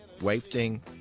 wafting